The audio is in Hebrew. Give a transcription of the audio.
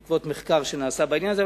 בעקבות מחקר שנעשה בעניין הזה.